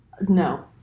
No